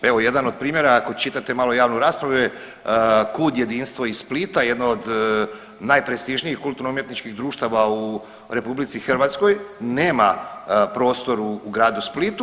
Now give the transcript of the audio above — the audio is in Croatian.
Evo jedan od primjera ako čitate malo javnu raspravu je KUD Jedinstvo iz Splita, jedno od najprestižnijih kulturno-umjetničkih društava u Republici Hrvatskoj nema prostor u gradu Splitu.